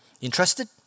Interested